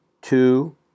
two